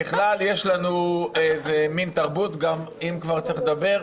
ככלל, יש לנו איזו מין תרבות, אם כבר צריך לדבר,